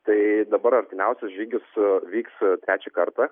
tai dabar artimiausias žygis vyks trečią kartą